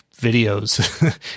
videos